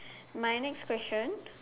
my next question